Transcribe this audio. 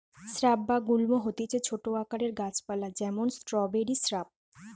shrub বা গুল্ম হতিছে ছোট আকারের গাছ পালা যেমন স্ট্রওবেরি শ্রাব